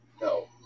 No